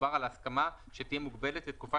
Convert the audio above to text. מדובר על הסכמה שתהיה מוגבלת לתקופה